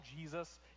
Jesus